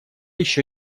еще